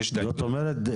זאת אומרת,